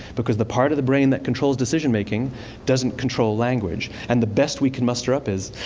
because the part of the brain that controls decision-making doesn't control language. and the best we can muster up is,